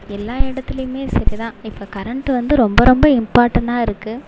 எல்லா இடத்துலியுமே சரி தான் இப்போ கரெண்ட்டு வந்து ரொம்ப ரொம்ப இம்பார்ட்டனாக இருக்குது